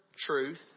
truth